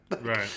Right